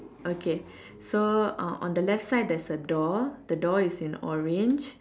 okay so uh on the left side there's a door the door is in orange